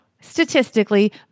Statistically